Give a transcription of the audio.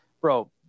bro